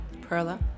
Perla